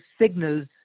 signals